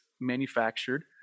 manufactured